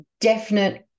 definite